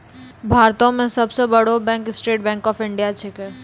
भारतो मे सब सं बड़ो bank State Bank of India छिकै